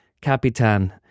Capitan